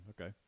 Okay